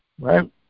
Right